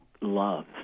love